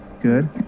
good